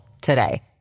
today